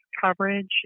coverage